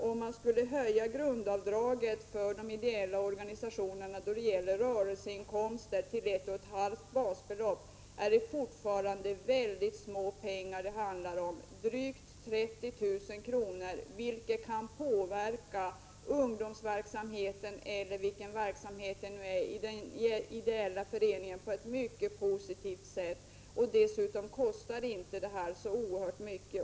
Om man skulle höja grundavdraget för de ideella organisationerna när det gäller rörelseinkomster till ett och ett halvt basbelopp rör det sig fortfarande om mycket litet pengar, drygt 30 000 kr. Men om man låter föreningarna behålla ett sådant belopp obeskattat kan man ändå påverka ungdomsverksamhet eller annan verksamhet i den ideella föreningen mycket positivt. Dessutom kostar det inte så oerhört mycket.